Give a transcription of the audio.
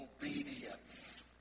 obedience